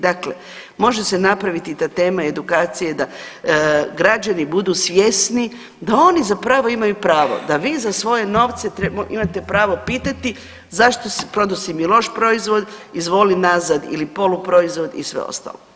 Dakle, može se napraviti da tema edukacije da građani budu svjesni da oni zapravo imaju pravo, da vi za svoje novce imate pravo pitati zašto, prodao si mi loš proizvod, izvoli nazad ili poluproizvod i sve ostalo.